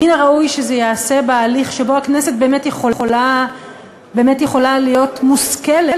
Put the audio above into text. מן הראוי שזה ייעשה בהליך שבו הכנסת באמת יכולה להיות מושכלת